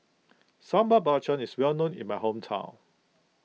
Sambal Belacan is well known in my hometown